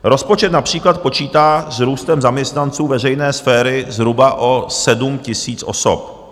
Rozpočet například počítá s růstem zaměstnanců veřejné sféry zhruba o 7 000 osob.